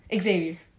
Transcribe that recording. Xavier